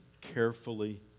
carefully